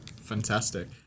fantastic